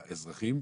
והאזרחים,